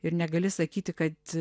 ir negali sakyti kad